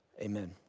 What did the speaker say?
amen